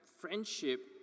friendship